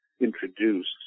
introduced